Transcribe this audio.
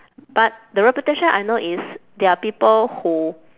but the reputation I know is they are people who